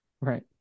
Right